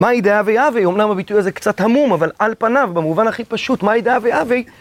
מאי דהווה הווה, אומנם הביטוי הזה קצת עמום, אבל על פניו, במובן הכי פשוט, מאי דהווה הווה...